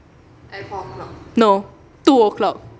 no two o'clock